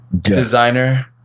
designer